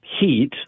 heat